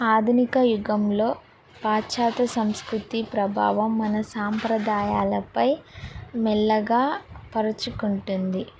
ఆధునిక యుగంలో పాశ్చాత సంస్కృతి ప్రభావం మన సాంప్రదాయాలపై మెల్లగా పరుచుకుంటుంది